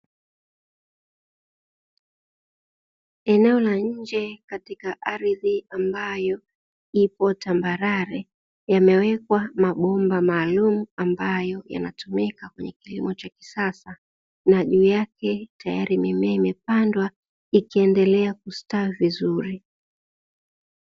Eneo la nje katika ardhi ambayo ipo tambarare, yamewekwa mabomba maalumu ambayo yanatumika kwenye kilimo cha kisasa, na juu yake tayari mimea imepandwa ikiendelea kustawi vizuri.